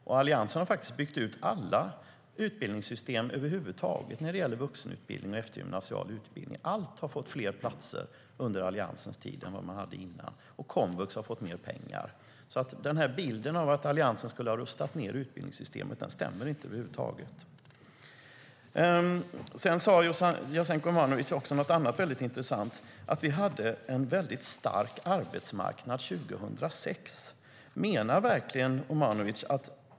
Den här bilden av att Alliansen skulle ha rustat ned utbildningssystemet stämmer alltså över huvud taget inte. Jasenko Omanovic sade också något annat mycket intressant, nämligen att vi hade en väldigt stark arbetsmarknad 2006.